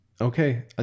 Okay